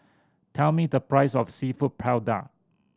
tell me the price of Seafood Paella